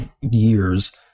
years